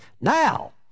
Now